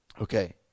Okay